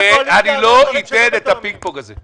--- אני לא אאפשר את הפינג-פונג הזה.